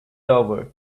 over